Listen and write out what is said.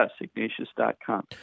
Ignatius.com